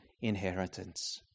inheritance